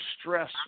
stress